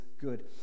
good